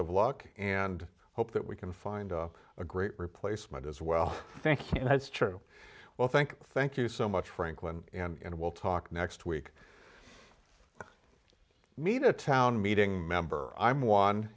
of luck and hope that we can find a great replacement as well thank you that's true well thank thank you so much franklin and we'll talk next week media town meeting member i'm one